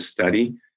study